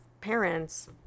parents